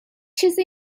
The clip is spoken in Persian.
چیزی